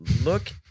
Look